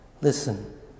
Listen